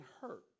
hurt